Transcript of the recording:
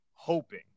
hoping